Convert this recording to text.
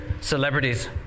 celebrities